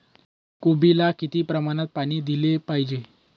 कोबीला किती प्रमाणात पाणी दिले पाहिजे?